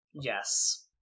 Yes